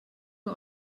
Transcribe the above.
nur